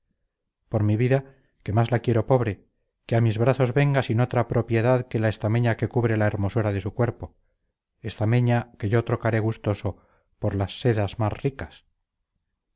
por mi vida que más la quiero pobre que a mis brazos venga sin otra propiedad que la estameña que cubre la hermosura de su cuerpo estameña que yo trocaré gustoso por la sedas más ricas